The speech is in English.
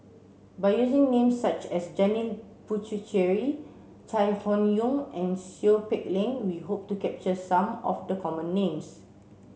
by using names such as Janil Puthucheary Chai Hon Yoong and Seow Peck Leng we hope to capture some of the common names